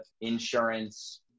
insurance